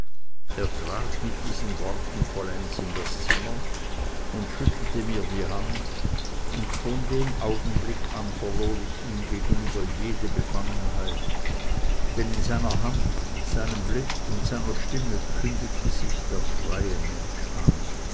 mit diesen worten vollends in das zimmer und schüttelte mir die hand und von dem augenblick an verlor ich ihm gegenüber jede befangenheit denn in seiner hand seinem blicke und seiner stimme kündigte sich der freie mensch an